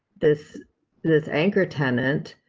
this this anchor tenant,